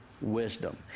wisdom